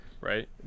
right